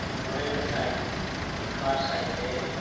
ᱢᱚᱬᱮ ᱜᱮ ᱥᱟᱭ ᱵᱟᱨ ᱥᱟᱭ ᱯᱮ